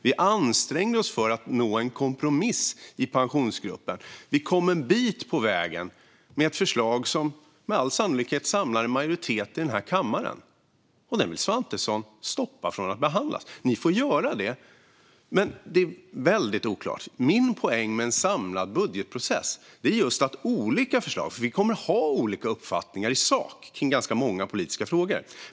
Vi ansträngde oss för att nå en kompromiss i Pensionsgruppen. Vi kom en bit på vägen med ett förslag som med all sannolikhet samlar en majoritet i denna kammare, och det vill Svantesson stoppa från att behandlas. Ni får göra det, men det är väldigt oklart. Vi kommer att ha olika uppfattningar i sak kring ganska många politiska frågor.